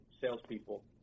salespeople